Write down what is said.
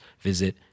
visit